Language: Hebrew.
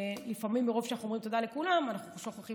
לפעמים מרוב שאנחנו אומרים תודה לכולם אנחנו שוכחים